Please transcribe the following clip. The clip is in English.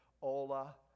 hola